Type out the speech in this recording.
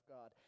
God